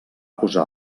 posar